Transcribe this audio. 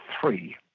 three